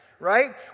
Right